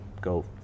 go